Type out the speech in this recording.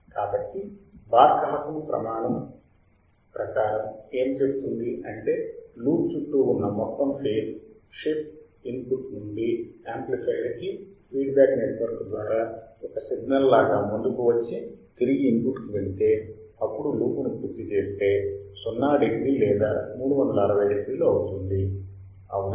కాబట్టి Barkhausen ప్రమాణం ప్రకారం ఏమి చెపుతుంది అంటే లూప్ చుట్టూ ఉన్న మొత్తం ఫేజ్ మార్పు ఇన్పుట్ నుండి యాంప్లిఫైయర్ కి ఫీడ్బ్యాక్ నెట్వర్క్ ద్వారా ఒక సిగ్నల్ లాగా ముందుకు వచ్చి తిరిగి ఇన్పుట్కు వెళితే అప్పుడు లూప్ను పూర్తి చేస్తే 0 డిగ్రీ లేదా 360 డిగ్రీలు అవుతుంది అవునా